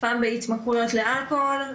פעם בהתמכרויות לאלכוהול,